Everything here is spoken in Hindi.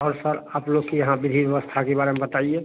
और सर आप लोग के यहाँ विधि व्यवस्था के बारे में बताइए